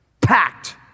packed